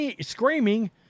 screaming